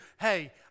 Hey